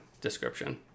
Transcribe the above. description